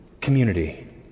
community